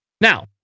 Now